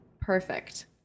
Perfect